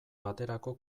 baterako